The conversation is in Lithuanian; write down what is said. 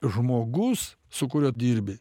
žmogus su kuriuo dirbi